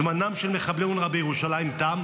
זמנם של מחבלי אונר"א בירושלים תם.